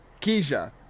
keisha